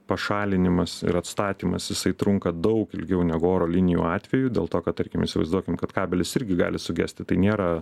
pašalinimas ir atstatymas jisai trunka daug ilgiau negu oro linijų atveju dėl to kad tarkim įsivaizduokim kad kabelis irgi gali sugesti tai nėra